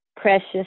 precious